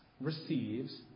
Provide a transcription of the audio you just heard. receives